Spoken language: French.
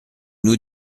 nous